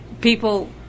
People